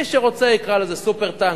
מי שרוצה יקרא לזה "סופר-טנקר",